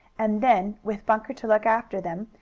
and then, with bunker to look after them,